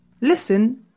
Listen